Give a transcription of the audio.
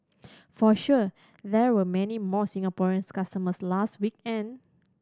for sure there were many more Singaporean customers last weekend